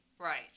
Right